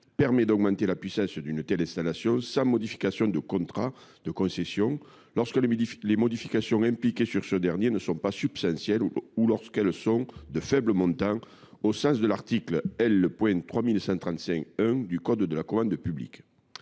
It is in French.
permet d’augmenter la puissance d’une telle installation sans modification du contrat de concession, lorsque les modifications impliquées sur ce dernier « ne sont pas substantielles ou sont de faible montant au sens de l’article L. 3135 1 du code de la commande publique